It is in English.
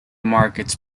markets